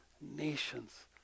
nations